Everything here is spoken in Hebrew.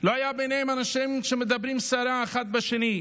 לא היו ביניהם אנשים שמדברים סרה אחד בשני.